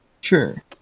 Sure